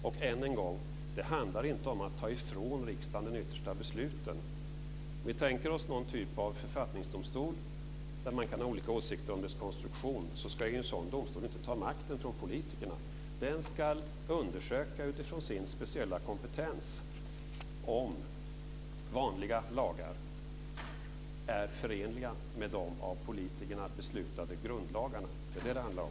Och än en gång: Det handlar inte om att ta ifrån riksdagen de yttersta besluten. Om man tänker sig någon typ av författningsdomstol, där man kan ha olika åsikter om dess konstruktion, ska ju en sådan domstol inte ta makten från politikerna. Den ska utifrån sin speciella kompetens undersöka om vanliga lagar är förenliga med de av politikerna beslutade grundlagarna. Det är vad det handlar om.